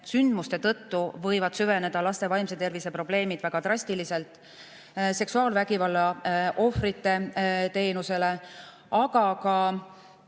sündmuste tõttu võivad süveneda laste vaimse tervise probleemid väga drastiliselt –, seksuaalvägivalla ohvrite teenusele, aga ka